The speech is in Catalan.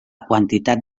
quantitat